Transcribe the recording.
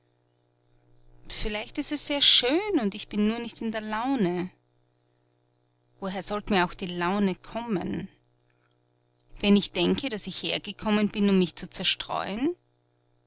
vielleicht ist es sehr schön und ich bin nur nicht in der laune woher sollt mir auch die laune kommen wenn ich denke daß ich hergekommen bin um mich zu zerstreuen